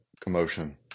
commotion